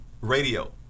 Radio